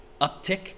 uptick